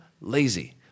lazy